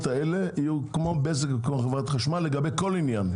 האלה יהיו כמו בזק וכמו חברת חשמל לגבי כל עניין.